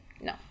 No